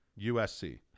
USC